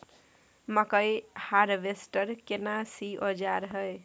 मकई हारवेस्टर केना सी औजार हय?